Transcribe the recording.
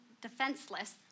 defenseless